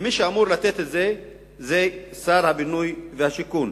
ומי שאמור לתת את זה זה שר הבינוי והשיכון.